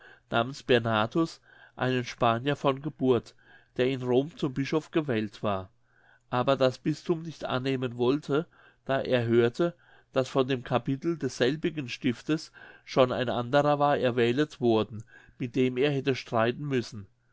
namens bernhardus einen spanier von geburt der in rom zum bischof gewählt war aber das bisthum nicht annehmen wollte da er hörte daß von dem capitel desselbigen stiftes schon ein aderer war erwählet worden mit dem er hätte streiten müssen